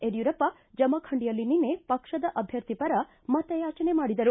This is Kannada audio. ಯಡ್ಗೂರಪ್ಪ ಜಮಖಂಡಿಯಲ್ಲಿ ನಿನ್ನೆ ಪಕ್ಷದ ಅಭ್ಯರ್ಥಿ ಪರ ಮತಯಾಚನೆ ಮಾಡಿದರು